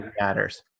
matters